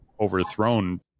overthrown